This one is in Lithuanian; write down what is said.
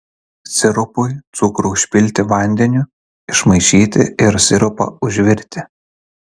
sirupui cukrų užpilti vandeniu išmaišyti ir sirupą užvirti